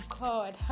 God